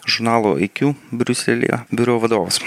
žurnalo iq briuselyje biuro vadovas